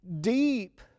Deep